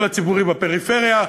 הציבורי בפריפריה,